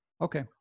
Okay